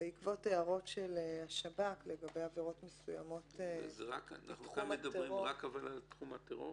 בעקבות הערות של השב"כ לגבי עבירות מסוימות מתחום הטרור